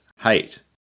hate